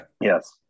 Yes